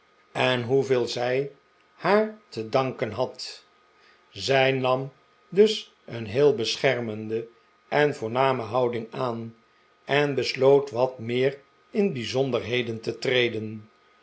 uit hoeveel zij haar te danken had zij nam dus een heel beschermende en voorname houding aan en besloot wat meer in bijzonderheden te treden